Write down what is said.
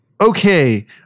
Okay